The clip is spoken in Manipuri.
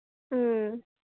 ꯎꯝ